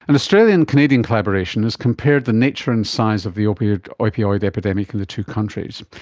an australian-canadian collaboration has compared the nature and size of the opioid opioid epidemic in the two countries.